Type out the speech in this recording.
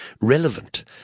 relevant